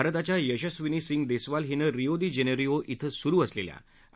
भारताच्या यशस्विनी सिंग दस्ताल हिनं रिओ दि जप्तिओ इथं सुरु असलखित आ